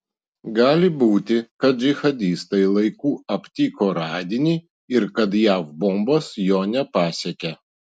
gali būti kad džihadistai laiku aptiko radinį ir kad jav bombos jo nepasiekė